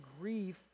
grief